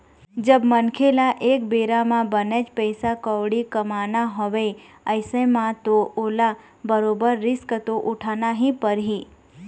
जब मनखे ल एक बेरा म बनेच पइसा कउड़ी कमाना हवय अइसन म तो ओला बरोबर रिस्क तो उठाना ही परही